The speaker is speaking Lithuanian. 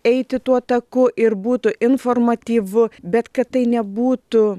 eiti tuo taku ir būtų informatyvu bet kad tai nebūtų